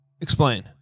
Explain